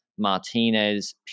Martinez